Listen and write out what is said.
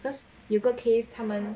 cause 有个 case 他们